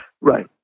Right